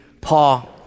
Paul